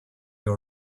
your